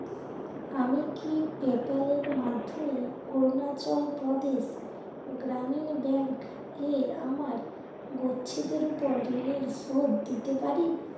আমি কি পেপ্যাল এর মাধ্যমে অরুণাচল প্রদেশ গ্রামীণ ব্যাংক এর আমার গচ্ছিতের উপর ঋণের শোধ দিতে পারি